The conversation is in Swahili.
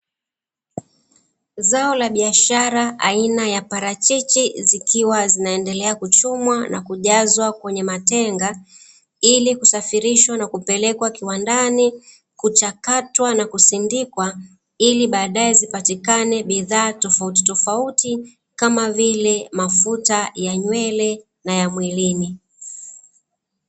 Zao la biashara aina ya parachichi, zikiwa zinaendelea kuchumwa na kujazwa kwenye matenga ili kusafirishwa na kupelekwa kiwandani kuchakatwa na kusindikwa ili baadae zipatikane bidhaa tofautitofauti, kama vile; mafuta ya nywele na ya mwilini.